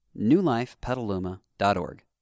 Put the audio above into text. newlifepetaluma.org